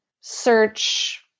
search